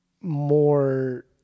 more